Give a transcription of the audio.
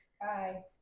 Bye